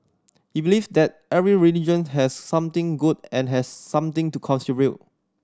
he believe that every religion has something good and has something to